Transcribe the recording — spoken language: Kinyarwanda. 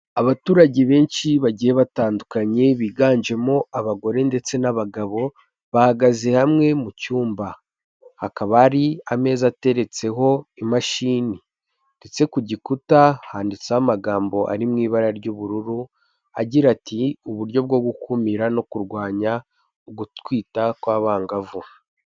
Abaturage benshi bagiye batandukanye biganjemo abagore ndetse n'abagabo bahagaze hamwe mu cyumba, hakaba hari ameza ateretseho imashini ndetse ku gikuta handitseho amagambo ari mu ibara ry'ubururu agira ati "uburyo bwo gukumira no kurwanya gutwita kw'abangavu".